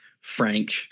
Frank